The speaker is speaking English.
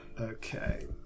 Okay